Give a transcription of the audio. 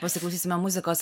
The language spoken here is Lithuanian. pasiklausysime muzikos